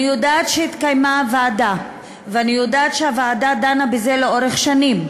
אני יודעת שהתקיימה ועדה ואני יודעת שהוועדה דנה בזה לאורך שנים,